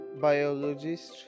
biologist